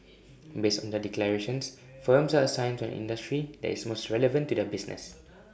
based on their declarations firms are assigned to an industry that is most relevant to their business